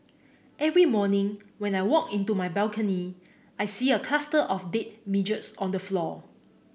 every morning when I walk into my balcony I see a cluster of dead midges on the floor